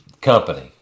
company